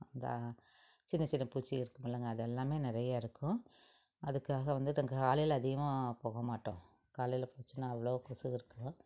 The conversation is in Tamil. இந்த சின்ன சின்ன பூச்சிகள் இருக்கும்லங்க அதெல்லாமே நிறையா இருக்கும் அதுக்காக வந்து தன் காலையில் அதிகமாக போகமாட்டோம் காலையில் பூச்சியெலாம் அவ்வளோ கொசுகள் இருக்கும்